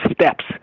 steps